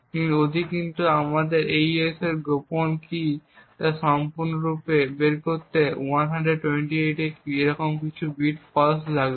এবং অধিকন্তু আমাদের AES এর গোপন কী সম্পূর্ণরূপে বের করতে 128টি এরকম বিট ফলস লাগবে